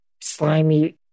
slimy